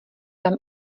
tam